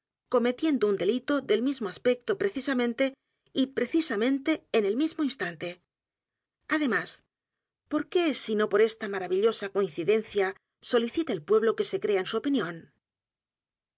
cometiendo un delito del mismo aspecto precisamente y precisamente en el mismo instante además por qué sino por esta maravillosa coincidencia solicita el pueblo que se crea en su opinión